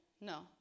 No